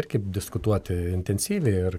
irgi diskutuoti intensyviai ir